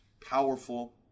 powerful